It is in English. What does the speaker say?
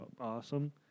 awesome